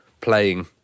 playing